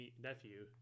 nephew